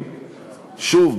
שוב,